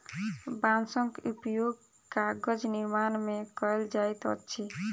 बांसक उपयोग कागज निर्माण में कयल जाइत अछि